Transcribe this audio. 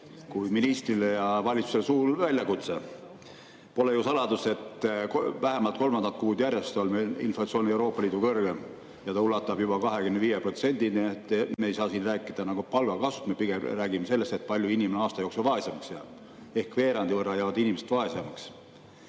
kui ministrile ja valitsusele suur väljakutse. Pole ju saladus, et vähemalt kolmandat kuud järjest oleme inflatsioonilt olnud Euroopa Liidus kõrgeimal kohal ja see ulatab juba 25%‑ni. Me ei saa siin rääkida palgakasvust, me pigem räägime sellest, et kui palju inimene aasta jooksul vaesemaks jääb. Veerandi võrra jäävad inimesed vaesemaks.